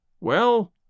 Well